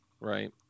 right